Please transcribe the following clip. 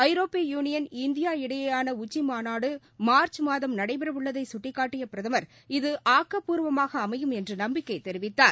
ஐரோப்பிய union India இடையேயான உச்சிமாநாடு மார்ச் மாதம் நடைபெறவுள்ளதை சுட்டிக்காட்டிய பிரதமர் இது ஆக்கப்பூர்வமாக அமையும் என்று நம்பிக்கை தெரிவித்தார்